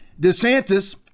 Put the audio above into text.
DeSantis